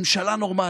ממשלה נורמלית.